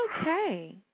okay